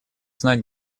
знать